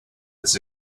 this